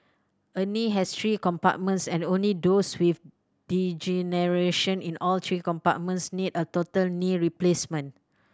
a knee has three compartments and only those with degeneration in all three compartments need a total knee replacement